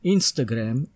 Instagram